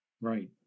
Right